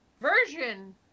version